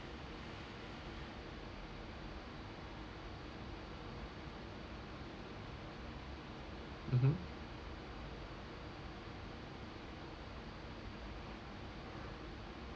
mmhmm